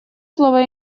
слово